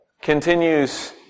continues